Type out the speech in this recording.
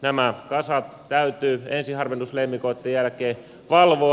nämä kasat täytyy ensiharvennusleimikoitten jälkeen valvoa